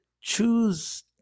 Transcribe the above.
choose